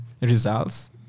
results